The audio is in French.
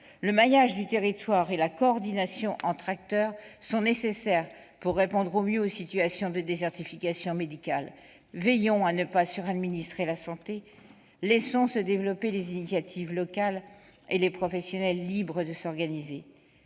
Le maillage du territoire et la coordination entre acteurs sont nécessaires pour répondre au mieux aux situations de désertification médicale. Veillons à ne pas suradministrer la santé. Laissons se développer les initiatives locales. Laissons les professionnels s'organiser